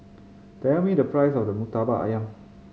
tell me the price of the Murtabak Ayam